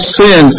sin